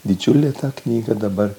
didžiulė ta knyga dabar